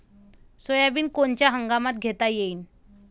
Soybean कोनच्या हंगामात घेता येईन?